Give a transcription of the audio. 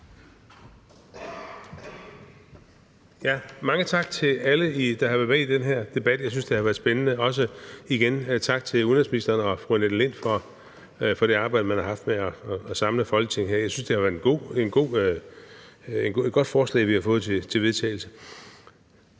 Mange tak til alle, der har været med i den her debat. Jeg synes, det har været spændende. Og igen også tak til udenrigsministeren og fru Annette Lind for det arbejde, man har haft med at samle Folketinget her. Jeg synes, det er et godt forslag til vedtagelse,